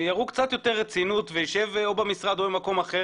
שיראו קצת יותר רצינות וישב או במשרד או במקום אחר